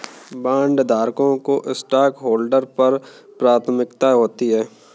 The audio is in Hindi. बॉन्डधारकों की स्टॉकहोल्डर्स पर प्राथमिकता होती है